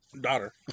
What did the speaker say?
daughter